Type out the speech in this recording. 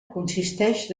consisteix